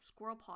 Squirrelpaw